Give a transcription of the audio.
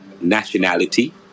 Nationality